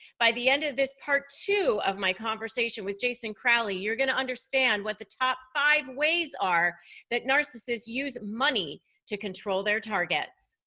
by the end of this part two of my conversation with jason crowley, you're going to understand what the top five ways are that narcissists use money to control their targets.